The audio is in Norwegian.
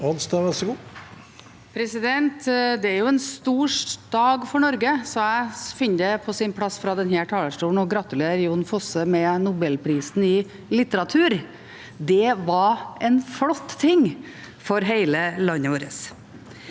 Dette er en stor dag for Norge, så jeg finner at det er på sin plass fra denne talerstolen å gratulere Jon Fosse med nobelprisen i litteratur. Det var en flott ting for hele landet vårt.